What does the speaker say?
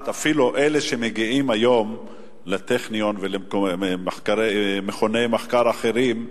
אפילו אלה שמגיעים היום לטכניון ולמכוני מחקר אחרים,